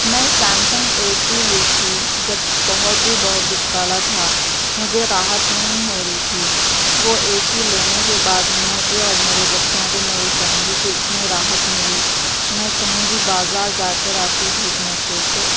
میں Samsung A C لی تھی جب بہت ہی بہت دپ کالا تھا مجھے راحت نہیں ہو رہی تھی وہ اے سی لینے کے بعد مجھے اور میرے بچوں کو میری فیملی کو اتنی راحت ملی میں کہیں بھی بازار جا کر آتی دھوپ میں سے تو